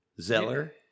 Zeller